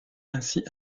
ainsi